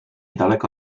daleko